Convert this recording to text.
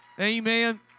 Amen